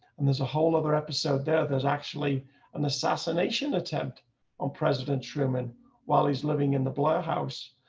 and there's a whole other episode there. there's actually an assassination attempt on president truman while he's living in the but house,